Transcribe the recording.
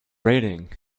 rating